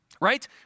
Right